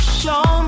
show